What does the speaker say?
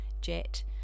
jet